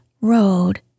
road